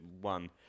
one